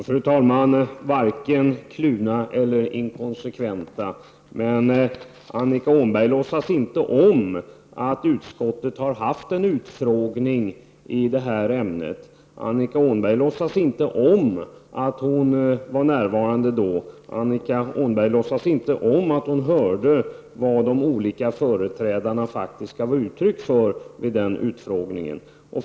Fru talman! Vi i folkpartiet är varken kluvna eller inkonsekventa. Annika Åhnberg låtsas inte om att utskottet har haft en utfrågning i detta ämne. Annika Åhnberg låtsas inte om att hon var närvarande då. Annika Åhnberg låtsas inte om att hon hörde vad de olika företrädarna faktiskt gav uttryck för vid denna utfrågning.